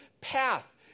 path